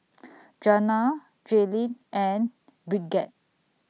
Jana Jaelyn and Bridgett